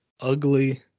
ugly